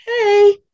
hey